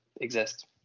exist